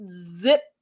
zip